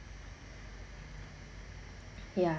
ya